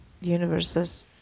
universes